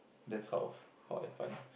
that's how how I find